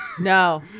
No